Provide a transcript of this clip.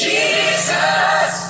Jesus